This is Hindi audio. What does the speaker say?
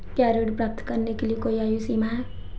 क्या ऋण प्राप्त करने के लिए कोई आयु सीमा है?